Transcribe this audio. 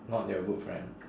not your good friend